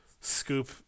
scoop